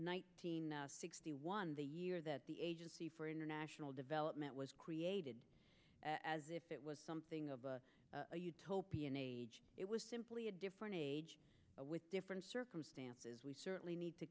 night sixty one the year that the agency for international development was created as if it was something of a utopian age it was simply a different age with different circumstances we certainly need to